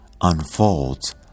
unfolds